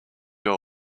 your